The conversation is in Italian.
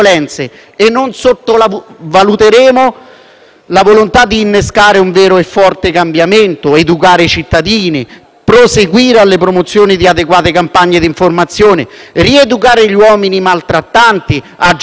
la volontà di innescare un vero e forte cambiamento, di educare cittadini, di proseguire con la promozione di adeguate campagne d'informazione, rieducare gli uomini maltrattanti, aggiornare le mappature dei centri antiviolenza